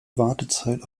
wartezeit